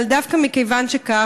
אבל דווקא מכיוון שכך,